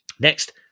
Next